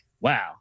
wow